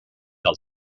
del